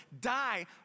die